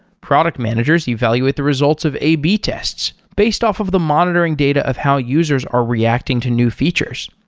product managers evaluate the results of ab tests based off of the monitoring data of how users are reacting to new features.